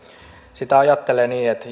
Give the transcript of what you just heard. sitä ajattelee niin että